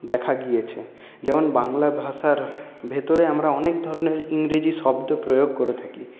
দেখা গিয়েছে যেমন বাংলা ভাষার ভেতরে আমরা অনেক ধরণের ইংরেজি শব্দ প্রয়োগ করে থাকি